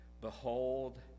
Behold